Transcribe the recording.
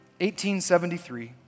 1873